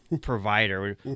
provider